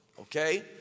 Okay